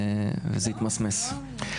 וזה התמסמס.